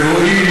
והואיל,